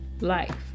life